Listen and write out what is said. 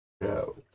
No